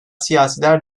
siyasiler